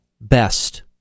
best